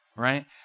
Right